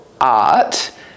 art